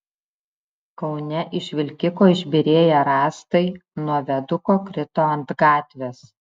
kaune iš vilkiko išbyrėję rąstai nuo viaduko krito ant gatvės